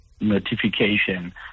notification